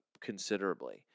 considerably